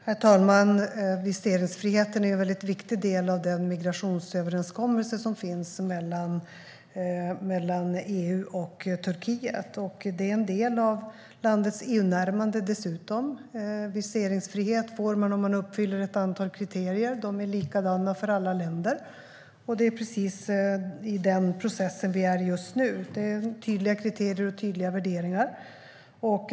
Herr talman! Viseringsfriheten är en viktig del av den migrationsöverenskommelse som finns mellan EU och Turkiet. Det är dessutom en del av landets EU-närmande. Viseringsfrihet får man om man uppfyller ett antal kriterier, och de är likadana för alla länder. Det är i den processen vi är just nu. Det är tydliga kriterier och tydliga värderingar.